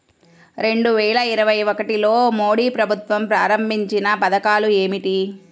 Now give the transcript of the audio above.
రెండు వేల ఇరవై ఒకటిలో మోడీ ప్రభుత్వం ప్రారంభించిన పథకాలు ఏమిటీ?